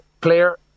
player